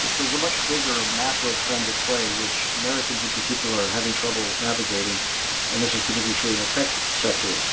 there's a much bigger macro trend at play which americans in particular are having trouble navigating and this is particularly true in the tech sector,